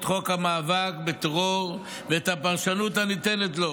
את חוק המאבק בטרור ואת הפרשנות הניתנת לו